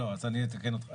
אז אני אתקן אותך.